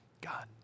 God